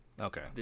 Okay